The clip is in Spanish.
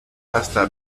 hasta